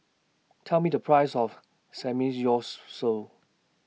telll Me The Price of Samgyeopsal